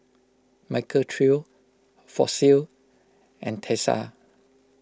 Michael Trio Fossil and Tesla